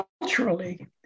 culturally